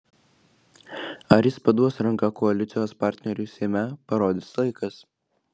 ar jis paduos ranką koalicijos partneriui seime parodys laikas